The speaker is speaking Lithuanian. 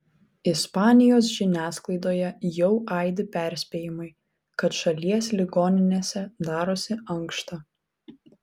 ispanijos žiniasklaidoje jau aidi perspėjimai kad šalies ligoninėse darosi ankšta